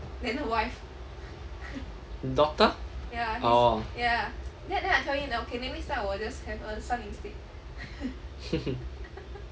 daughter orh